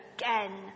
again